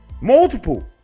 Multiple